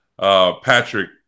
Patrick